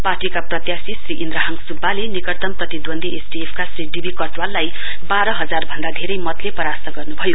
पार्टीका प्रत्याशी श्री इन्द्रहाङ सुब्बाले निकटतम प्रतिदून्दी एसडिएफ का श्री डी बी कट्वाललाई बाह्र हजार भन्दा धेरै मतले परास्त गर्नुभयो